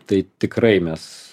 tai tikrai mes